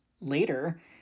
later